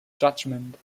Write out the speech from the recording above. judgment